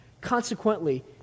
Consequently